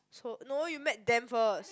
so no you met them first